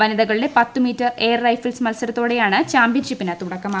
വനിതകളുടെ പത്ത് metre air rifles മത്സരത്തോടെയാണ് ചാമ്പ്യൻഷിപ്പിന് തുടക്കമാകുന്നത്